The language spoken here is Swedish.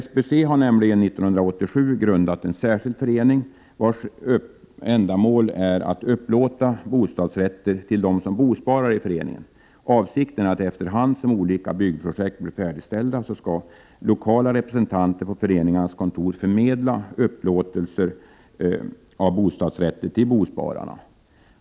SBC har nämligen 1987 grundat en särskild förening, vars ändamål är att upplåta bostadsrätter till dem som bosparar i föreningen. Avsikten är att efter hand som olika byggprojekt blir färdigställda skall lokala representanter på föreningens kontor förmedla upplåtelser av bostadsrätter till bospararna.